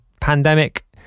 pandemic